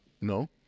No